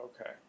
okay